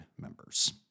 members